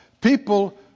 People